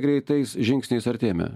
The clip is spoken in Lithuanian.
greitais žingsniais artėjame